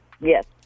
Yes